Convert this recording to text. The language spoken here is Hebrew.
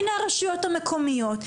הנה הרשויות המקומיות,